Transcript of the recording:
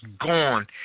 gone